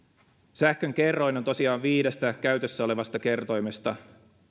sähkön kerroin on tosiaan viidestä käytössä olevasta kertoimesta